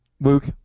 Luke